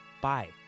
Bye